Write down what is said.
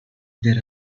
there